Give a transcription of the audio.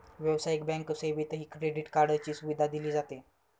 व्यावसायिक बँक सेवेतही क्रेडिट कार्डची सुविधा दिली जाते